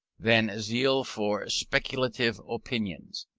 than zeal for speculative opinions.